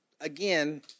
Again